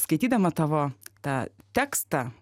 skaitydama tavo tą tekstą